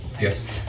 yes